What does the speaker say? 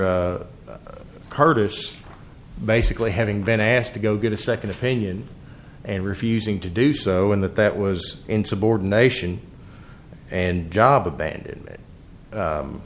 r curtis basically having been asked to go get a second opinion and refusing to do so and that that was insubordination and job a